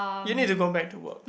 you need to go back to work